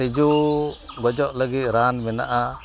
ᱛᱤᱡᱩ ᱜᱩᱡᱩᱜ ᱞᱟᱹᱜᱤᱫ ᱨᱟᱱ ᱢᱮᱱᱟᱜᱼᱟ